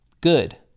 Good